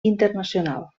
internacional